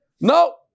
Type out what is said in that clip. No